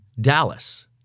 Dallas